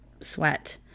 sweat